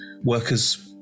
workers